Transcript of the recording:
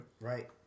Right